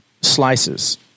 slices